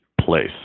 place